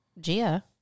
Gia